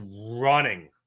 running